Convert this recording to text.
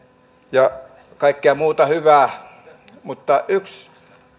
ja kaikkea muuta hyvää mutta yksi